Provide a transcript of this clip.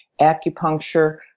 acupuncture